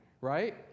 right